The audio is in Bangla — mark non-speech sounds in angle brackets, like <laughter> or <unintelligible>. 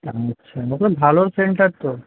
আচ্ছা <unintelligible> ভালো সেন্টার তো